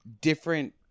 different